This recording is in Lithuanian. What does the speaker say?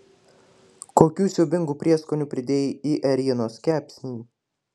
kokių siaubingų prieskonių pridėjai į ėrienos kepsnį